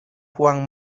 juan